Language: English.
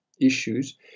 issues